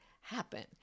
happen